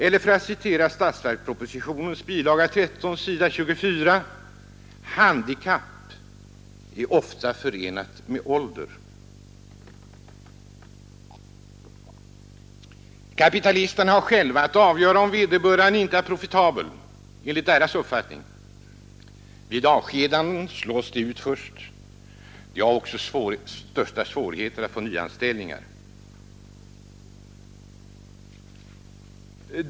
Eller för att citera statsverkspropositionens bilaga 13 s. 24: Handikapp är ofta förenat med ålder.” Kapitalisterna har själva att avgöra om vederbörande inte är profitabla enligt deras uppfattning. Vid avskedanden slås de ut först. De har också största svårigheterna att få nyanställningar.